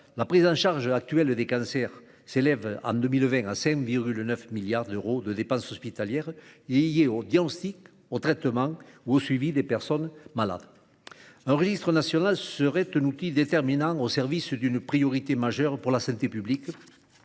la prise en charge actuelle des cancers s'élève, en 2020, à 5,9 milliards d'euros de dépenses hospitalières, liées au diagnostic, au traitement ou au suivi des personnes malades. Un registre national serait un outil déterminant au service d'une priorité majeure pour la santé publique